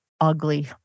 ugly